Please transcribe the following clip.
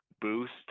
boost